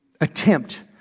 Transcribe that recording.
attempt